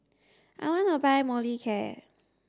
I want to buy Molicare